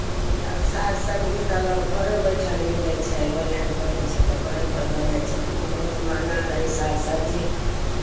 आब साग सबजी तऽ लोक घरे बैठल मिलै छै ऑनलाइन कऽ दै छै तऽ घरेपर दऽ जाइ छै पहिने बहुत महंगा रहय साग सबजी